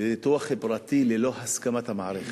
לניתוח פרטי ללא הסכמת המערכת.